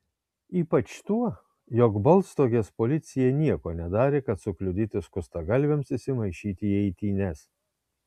ypač tuo jog baltstogės policija nieko nedarė kad sukliudytų skustagalviams įsimaišyti į eitynes